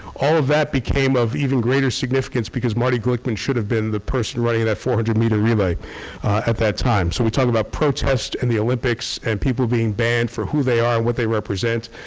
all of that became of even greater significance because marty glickman should have been the person riding that four hundred meter relay at that time. so we're talking about protest in the olympics and people being banned for who they are and what they represent.